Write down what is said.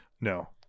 No